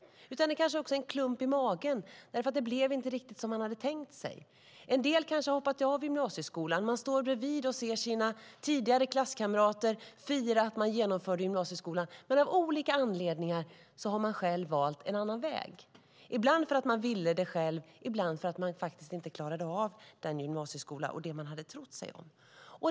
Det kanske också är en klump i magen därför att det inte blev riktigt som de hade tänkt sig. En del kanske har hoppat av gymnasieskolan. De står bredvid och ser sina tidigare klasskamrater fira att man genomfört gymnasieskolan, men av olika anledningar har de själva valt en annan väg, ibland för att de ville det själv, ibland för att de faktiskt inte klarade av gymnasieskolan och det de hade trott sig om.